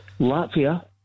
Latvia